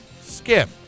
Skip